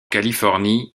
californie